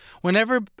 whenever